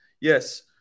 yes